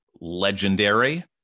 legendary